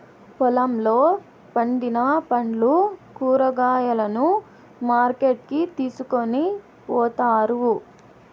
పొలంలో పండిన పండ్లు, కూరగాయలను మార్కెట్ కి తీసుకొని పోతారు